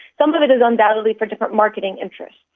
some of it is undoubtedly for different marketing interests.